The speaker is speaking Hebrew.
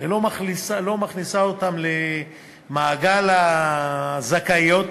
ולא מכניסה אותן למעגל הזכאיות.